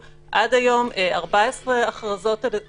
הבעיה שלנו היא בדיוק